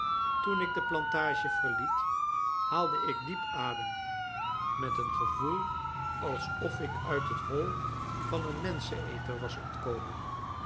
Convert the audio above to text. toen ik de plantage verliet haalde ik diep adem met een gevoel alsof ik uit het hol van een menschen eter was ontkomen